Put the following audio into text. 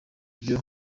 byo